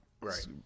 right